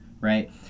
right